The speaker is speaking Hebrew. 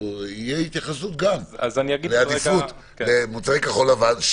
תהיה התייחסות ועדיפות למוצרי כחול-לבן.